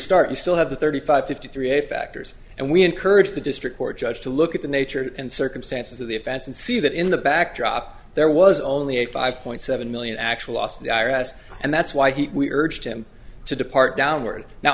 start you still have the thirty five fifty three factors and we encourage the district court judge to look at the nature and circumstances of the offense and see that in the backdrop there was only a five point seven million actual os the i r s and that's why he urged him to depart downward now